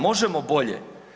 Možemo bolje.